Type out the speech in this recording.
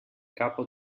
capo